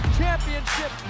championship